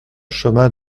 chemin